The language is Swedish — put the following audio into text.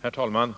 Herr talman!